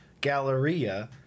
galleria